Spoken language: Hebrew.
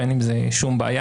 ואין עם זה שום בעיה.